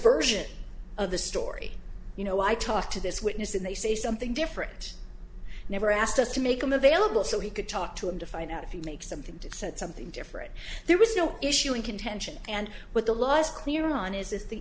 version of the story you know i talked to this witness and they say something different never asked us to make them available so we could talk to him to find out if you make something to said something different there is no issue in contention and with the last clear on is is the